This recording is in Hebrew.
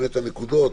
הנקודות,